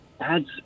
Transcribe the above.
adds